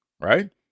right